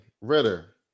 Ritter